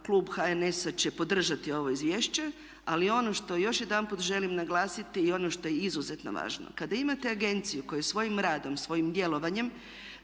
klub HNS-a će podržati ovo izvješće, ali ono što još jedanput želim naglasiti i ono što je izuzetno važno. Kada imate agenciju koja svojim radom, svojim djelovanjem